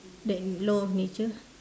that law of nature